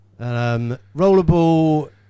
Rollerball